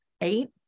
eight